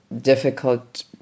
difficult